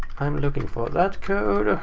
i am looking for that code,